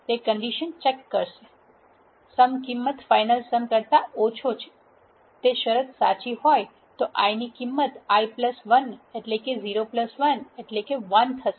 તે condition check કરશે કે સમ કિંમત ફાઈનલ સમ કરતા ઓછો છે તે શરત સાચી હોય તો i ની કીંમત i 1 જે 0 1 થશે